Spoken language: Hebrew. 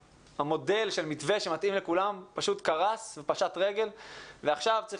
המודל של מתווה שמתאים לכולם פשוט קרס ופשט רגל ועכשיו צריך